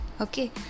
okay